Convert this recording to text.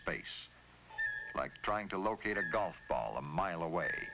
space like trying to locate a golf ball a mile away